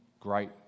great